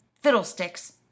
Fiddlesticks